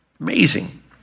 Amazing